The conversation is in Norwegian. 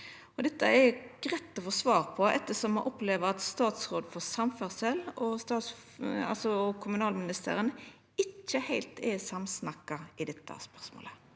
Dette er det greitt å få svar på, ettersom me opplever at statsråden for samferdsel og kommunalministeren ikkje heilt er samsnakka i dette spørsmålet.